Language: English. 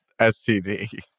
STD